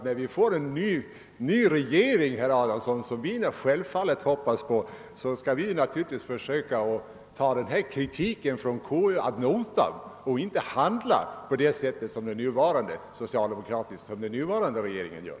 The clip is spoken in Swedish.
När vi får en ny regering, som vi självfallet hoppas på, skall vi naturligtvis försöka att ta kritiken från konstitutionsutskottet ad notam och inte handla så som den nuvarande regeringen gör.